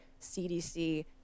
CDC